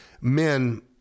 men